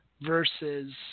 versus